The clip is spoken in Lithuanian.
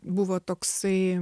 buvo toksai